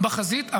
בחזית.